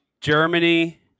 Germany